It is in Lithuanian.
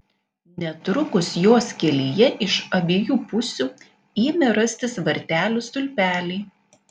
netrukus jos kelyje iš abiejų pusių ėmė rastis vartelių stulpeliai